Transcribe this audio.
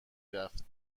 رفت